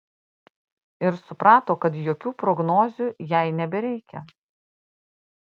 ir suprato kad jokių prognozių jai nebereikia